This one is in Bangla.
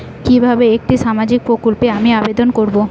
কিভাবে একটি সামাজিক প্রকল্পে আমি আবেদন করব?